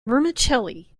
vermicelli